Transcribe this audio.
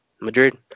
Madrid